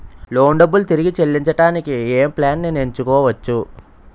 Loan డబ్బులు తిరిగి చెల్లించటానికి ఏ ప్లాన్ నేను ఎంచుకోవచ్చు?